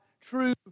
true